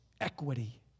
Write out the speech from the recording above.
equity